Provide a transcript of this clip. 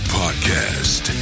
podcast